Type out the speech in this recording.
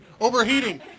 overheating